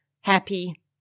happy